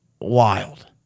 wild